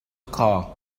car